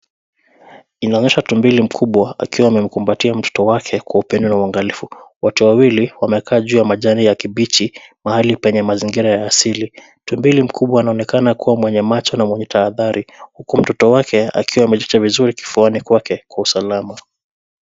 Inaonyesha tumbili mkubwa akiwa amekumbatia mtoto wake kwa uangalifu watu wawili wamekaa juu ya majani ya kibichi mahali penye ma tumbili mkubwa anaonekana mwenye macho na tahadhari huku mtoto wake akiwa amejificha vizuri kifuani kwake kwa usalama.